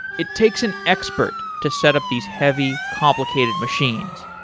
it takes an expert to set up these heavy complicated machines.